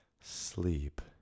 sleep